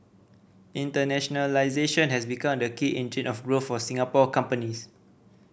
internationalisation has become the key engine of growth for Singapore companies